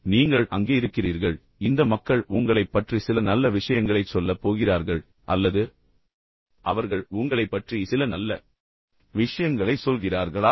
இப்போது நீங்கள் அங்கே இருக்கிறீர்கள் இந்த மக்கள் உங்களைப் பற்றி சில நல்ல விஷயங்களைச் சொல்லப் போகிறார்கள் அல்லது அவர்கள் உண்மையில் உங்களைப் பற்றி சில நல்ல விஷயங்களைச் சொல்கிறார்களா